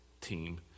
team